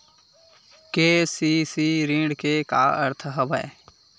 KCC ऋण के का अर्थ हवय?